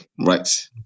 right